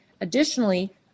Additionally